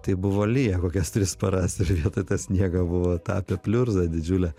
tai buvo lijo kokias tris paras ir vietoj to sniego buvo tapę pliurza didžiule